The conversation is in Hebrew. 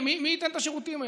מי ייתן את השירותים האלה?